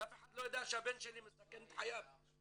כי אף אחד לא יודע שהבן שלי מסכן את חייו בצה"ל"